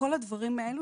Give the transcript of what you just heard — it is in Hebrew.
כל הדברים האלה,